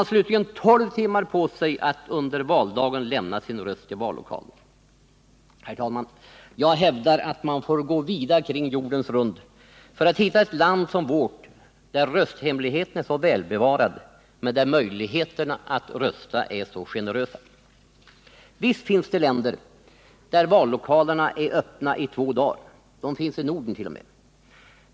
Man har 12 timmar på sig att under valdagen lämna sin röst i vallokalen. Herr talman! Jag hävdar att man får gå vida kring jordens rund för att hitta ett land som vårt, där rösthemligheten är så väl bevarad, men där möjligheterna att rösta är så generösa. Visst finns det länder där vallokalerna är öppna i två dagar; de finns i Norden t.o.m.